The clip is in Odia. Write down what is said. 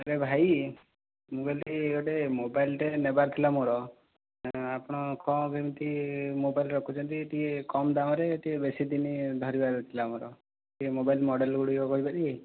ଆରେ ଭାଇ ମୁଁ କହିଲି ଗୋଟେ ମୋବାଇଲ ଟେ ନେବାର ଥିଲା ମୋର ଆପଣ କ'ଣ କେମିତି ମୋବାଇଲ ରଖୁଛନ୍ତି ଟିକେ କମ୍ ଦାମ ରେ ବେଶୀ ଦିନ ଧରିବାର ଥିଲା ମୋର ଟିକେ ମୋବାଇଲ ମଡ଼େଲ ଗୁଡ଼ିକ କହିପାରିବେ